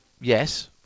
yes